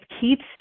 keeps